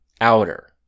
Outer